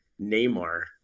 Neymar